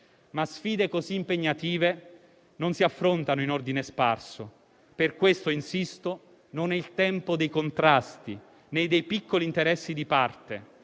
ma sfide così impegnative non si affrontano in ordine sparso. Per tale ragione insisto: non è il tempo dei contrasti, né dei piccoli interessi di parte.